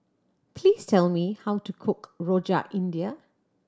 please tell me how to cook Rojak India